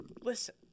Listen